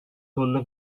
sonuna